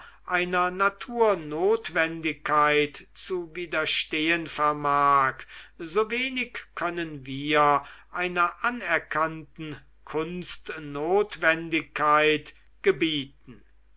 einer naturnotwendigkeit zu widerstehen vermag so wenig können wir einer anerkannten kunstnotwendigkeit gebieten